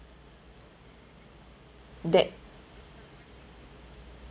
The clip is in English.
that